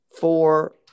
four